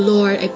Lord